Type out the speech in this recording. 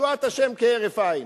ישועת השם כהרף עין.